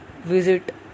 visit